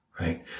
Right